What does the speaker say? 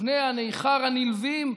"ובני הנכר הנלווים,